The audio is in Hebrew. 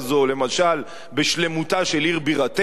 למשל בשלמותה של עיר בירתנו,